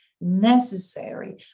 necessary